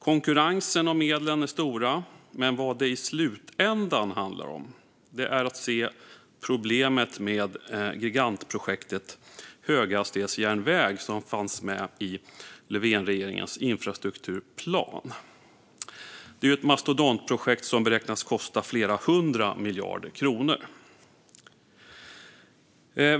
Konkurrensen om medlen är stora, men vad det i slutändan handlar om är att se problemet med gigantprojektet höghastighetsjärnväg, som fanns med i Löfvenregeringens infrastrukturplan. Det är ett mastodontprojekt som beräknas kosta flera hundra miljarder kronor.